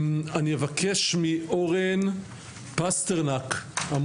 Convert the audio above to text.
אני אבקש מאורן פסטרנק שרצה להתייחס,